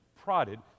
prodded